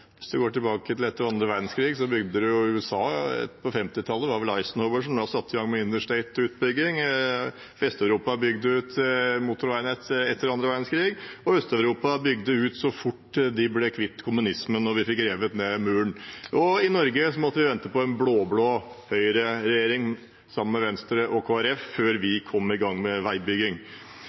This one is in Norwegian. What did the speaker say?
Hvis man går tilbake til etter annen verdenskrig i USA på 1950-tallet, satte Eisenhower i gang med Interstate-utbygging. Vest-Europa bygde ut motorveinettet etter annen verdenskrig, og Øst-Europa bygde ut så fort de ble kvitt kommunismen og man fikk revet ned muren. I Norge måtte vi vente på en blå-blå høyreregjering sammen med Venstre og Kristelig Folkeparti før vi kom i gang med veibygging.